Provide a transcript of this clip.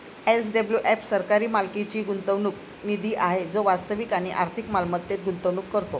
SWF सरकारी मालकीचा गुंतवणूक निधी आहे जो वास्तविक आणि आर्थिक मालमत्तेत गुंतवणूक करतो